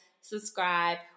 subscribe